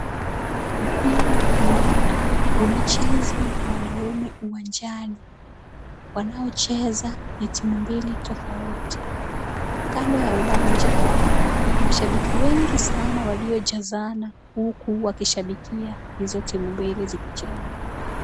Mpira wa kandanda unachezwa na wanaume uwanjani. Wanaocheza ni timu mbili tofauti. Kando ya uwanja, kuna mashabiki wengi sana waliojazana huku wakishabikia hizo timu mbili zikicheza.